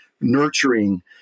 nurturing